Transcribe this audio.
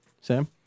Sam